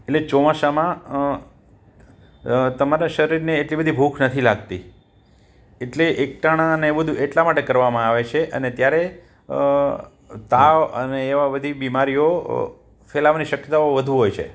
એટલે ચોમાસામાં તમારા શરીરને એટલી બધી ભૂખ નથી લાગતી એટલે એકટાણા ને એ બધું એટલા માટે કરવામાં આવે છે અને ત્યારે તાવ અને એવા બધી બીમારીઓ ફેલાવાની શક્યતાઓ વધુ હોય છે